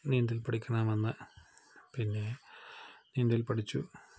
നീന്തൽ പഠിക്കണമെന്ന് പിന്നെ നീന്തൽ പഠിച്ചു